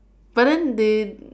but then they